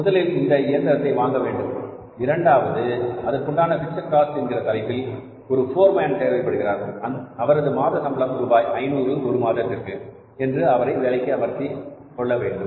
முதலில் இந்த இயந்திரத்தை வாங்கவேண்டும் இரண்டாவது அதற்குண்டான பிக்ஸட் காஸ்ட் என்கிற தலைப்பில் ஒரு போர் மேன் தேவைப்படுகிறார் அவரது மாத சம்பளம் ரூபாய் 500 ஒரு மாதத்திற்கு என்று அவரை வேலைக்கு எடுக்க வேண்டும்